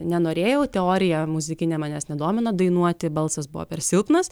nenorėjau teorija muzikinė manęs nedomino dainuoti balsas buvo per silpnas